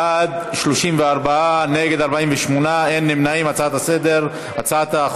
בעד ההצעה להעביר את הצעת החוק